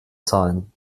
zahlen